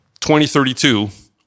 2032